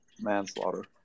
manslaughter